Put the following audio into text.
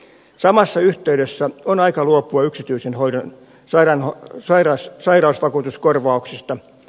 samassa yhteydessä on aika luopua yksityisen hoidon sairausvakuutuskorvauksista